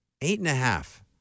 Eight-and-a-half